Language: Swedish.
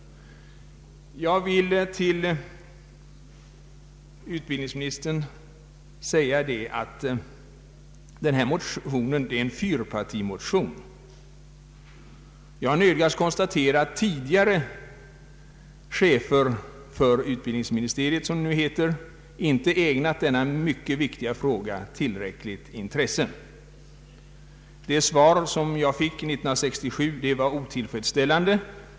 Jag vill till utbildningsministern säga att den motion som väckts i år är en fyrpartimotion. Samtidigt nödgas jag konstatera att tidigare chefer för utbildningsdepartementet, som det nu heter, inte ägnat denna mycket viktiga fråga tillräckligt intresse. Det svar som jag fick 1967 var otillfredsställande.